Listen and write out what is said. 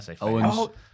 Owens